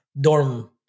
dorm